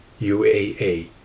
UAA